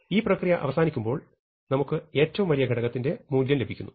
ഈ പ്രക്രിയ അവസാനിക്കുമ്പോൾ നമുക്ക് ഏറ്റവും വലിയ ഘടകത്തിന്റെ മൂല്യം ലഭിക്കുന്നു